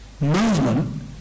Movement